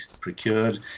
procured